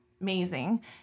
amazing